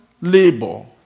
labor